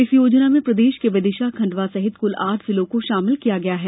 इस योजना में प्रदेश के विदिशा खंडवा सहित कुल आठ जिलों को शामिल किया गया है